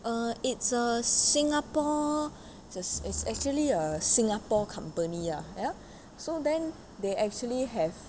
err it's a singapore it's actually a singapore company lah ya so then they actually have